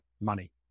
money